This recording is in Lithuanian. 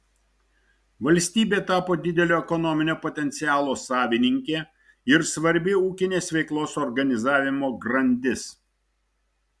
valstybė tapo didelio ekonominio potencialo savininkė ir svarbi ūkinės veiklos organizavimo grandis